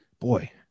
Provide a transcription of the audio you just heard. boy